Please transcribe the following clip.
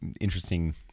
interesting